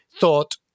thought